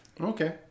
Okay